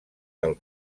del